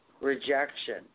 Rejection